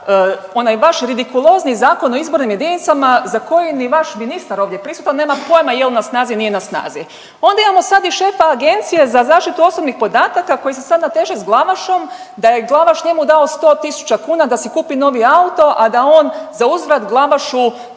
onaj vaš ridikulozni Zakon o izbornim jedinicama za koji ni vaš ministar ovdje prisutan nema pojma jel na snazi, nije na snazi. Pa onda imamo sad šefa agencije za zaštitu osobnih podataka koji se sad nateže s Glavašom da je Glavaš njemu dao 100 tisuća kuna da si kupi novi auto, a da on za uzvrat Glavašu